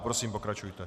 Prosím, pokračujte.